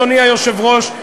אדוני היושב-ראש,